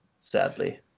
sadly